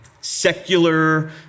secular